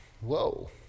whoa